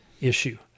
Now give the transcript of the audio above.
issue